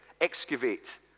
excavate